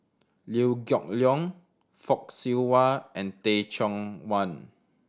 Liew Geok Leong Fock Siew Wah and Teh Chong Wan